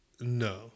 No